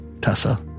Tessa